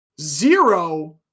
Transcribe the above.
Zero